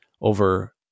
Over